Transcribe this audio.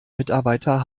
mitarbeiter